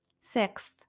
Sixth